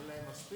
אין להם מספיק?